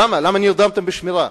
למה נרדמתם בשמירה?